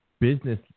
business